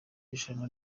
irushanwa